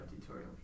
tutorial